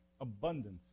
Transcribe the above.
abundance